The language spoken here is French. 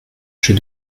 j’ai